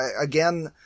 again